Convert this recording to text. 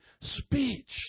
speech